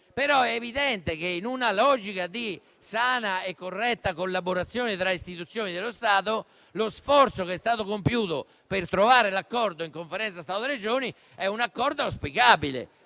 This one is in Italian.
È evidente però che, in una logica di sana e corretta collaborazione tra Istituzioni dello Stato, lo sforzo che è stato compiuto per trovare l'accordo in Conferenza Stato-Regioni è auspicabile.